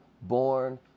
born